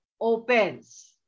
opens